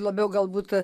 labiau galbūt